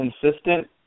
consistent